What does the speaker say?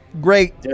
Great